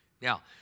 Now